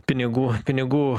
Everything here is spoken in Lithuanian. pinigų pinigų